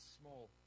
small